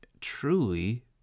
truly